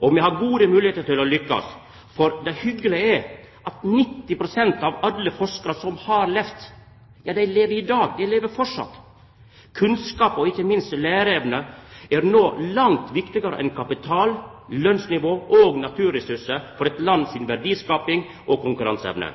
Og me har gode moglegheiter til å lykkast, for det hyggelege er at 90 pst. av alle forskarar som har levd, ja dei lever i dag, dei lever framleis. Kunnskap, og ikkje minst læreevne, er no langt viktigare enn kapital, lønnsnivå og naturressursar for verdiskapinga og konkurranseevna i eit land.